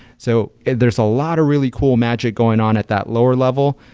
so there's a lot of really cool magic going on at that lower level.